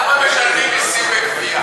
למה משלמים מסים בכפייה?